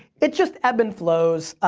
it's just ebb and flows.